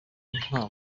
nta